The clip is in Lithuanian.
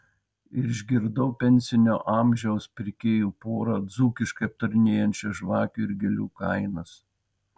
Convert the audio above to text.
išgirdau pensinio amžiaus pirkėjų porą dzūkiškai aptarinėjančią žvakių ir gėlių kainas